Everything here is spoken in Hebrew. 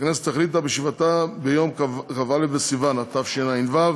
הכנסת החליטה בישיבתה ביום כ"א בסיוון התשע"ו,